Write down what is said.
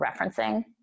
referencing